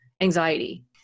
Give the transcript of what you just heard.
anxiety